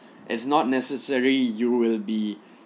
it's not necessary you will be